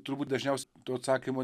turbūt dažniausiai to atsakymo